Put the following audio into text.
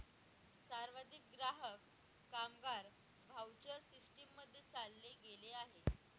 सर्वाधिक ग्राहक, कामगार व्हाउचर सिस्टीम मध्ये चालले गेले आहे